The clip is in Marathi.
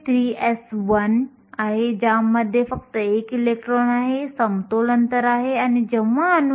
e हे विद्युत चार्ज इलेक्ट्रिक चार्ज आहे जे 1